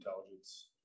intelligence